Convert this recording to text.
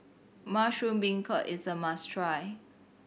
mushroom beancurd is a must try